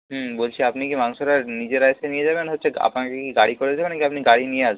হুম বলছি আপনি কি মাংসটা নিজেরা এসে নিয়ে যাবেন হচ্ছে আপনাকে কি গাড়ি করে দেবে না কি আপনি গাড়ি নিয়ে আসবেন